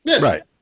right